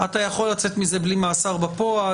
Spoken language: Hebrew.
אתה יכול לצאת מזה בלי מאסר בפועל,